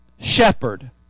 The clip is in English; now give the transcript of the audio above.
Shepherd